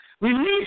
Release